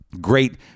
great